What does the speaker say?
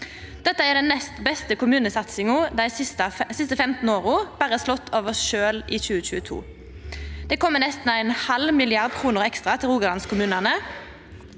Dette er den nest beste kommunesatsinga dei siste 15 åra, berre slått av oss sjølve i 2022. Det er kome nesten ein halv milliard kroner ekstra til Rogalands-kommunane.